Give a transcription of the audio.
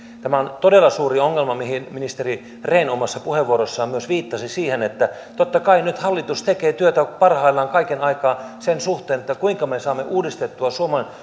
tämä on todella suuri ongelma mihin ministeri rehn omassa puheenvuorossaan myös viittasi totta kai nyt hallitus tekee työtä parhaillaan kaiken aikaa sen suhteen kuinka me saamme uudistettua